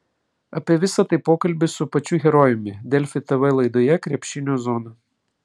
apie visa tai pokalbis su pačiu herojumi delfi tv laidoje krepšinio zona